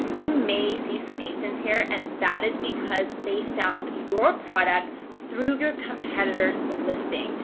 you may see some asins here and that is because they found your product through your competitors' listing.